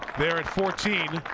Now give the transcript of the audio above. there at fourteen.